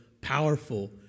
powerful